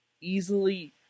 easily